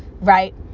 right